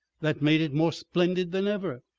that made it more splendid than ever.